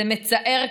זה מצער,